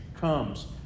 comes